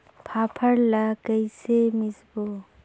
फाफण ला कइसे मिसबो?